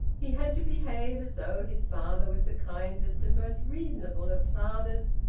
he had to behave as though his father was the kindest and most reasonable of fathers,